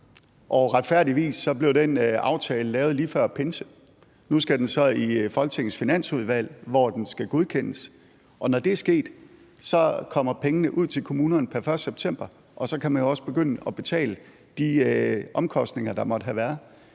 Retfærdigvis blev den aftale lavet lige før pinse. Nu skal den så i Folketingets Finansudvalg, hvor den skal godkendes, og når det er sket, kommer pengene ud til kommunerne pr. 1. september, og så kan man jo også begynde at betale de omkostninger, der måtte have været.